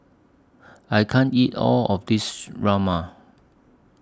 I can't eat All of This Rajma